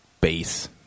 base